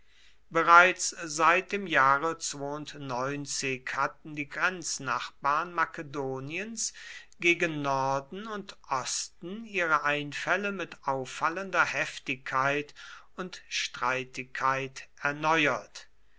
bereits seit dem jahre hatten die grenznachbarn makedoniens gegen norden und osten ihre einfälle mit auffallender heftigkeit und streitigkeit erneuert